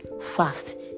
fast